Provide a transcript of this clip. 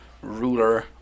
ruler